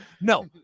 No